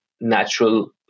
natural